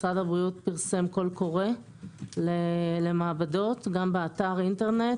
משרד ה ריאות פרסם קול קורא למעבדות גם באתר אינטרנט